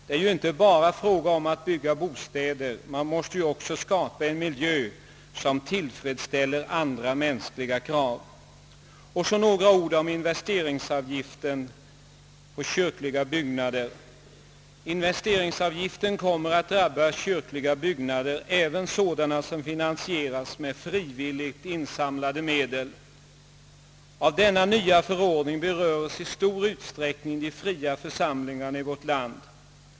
Det är ju inte bara fråga om att bygga bostäder, man måste också skapa en miljö som tillfredsställer andra mänskliga krav. Så några ord om investeringsavgiften och de kyrkliga byggnaderna. Investeringsavgiften kommer att drabba kyrkliga byggnader, även sådana som finansieras genom frivilligt insamlade medel. Av denna nya förordning beröres i stor utsträckning de fria församlingarna i vårt land.